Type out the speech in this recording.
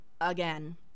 again